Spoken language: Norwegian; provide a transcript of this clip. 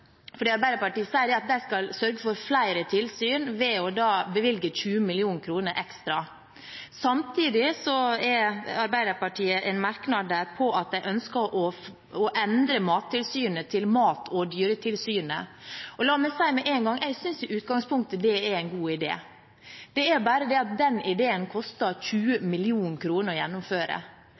Arbeiderpartiet sier at de skal sørge for flere tilsyn ved å bevilge 20 mill. kr ekstra. Samtidig har Arbeiderpartiet en merknad om at de ønsker å endre Mattilsynet til Mat- og dyretilsynet. La meg si med en gang at jeg synes i utgangspunktet at det er en god idé, det er bare det at den ideen koster 20 mill. kr å gjennomføre.